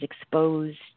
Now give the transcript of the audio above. exposed